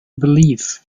believe